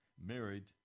married